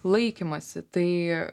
laikymąsi tai